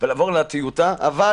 להתקדם ולעבור על הטיוטה, אבל